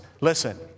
Listen